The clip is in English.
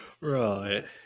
Right